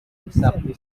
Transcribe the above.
exactly